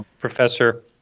professor